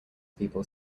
people